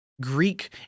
Greek